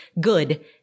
good